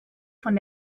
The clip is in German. von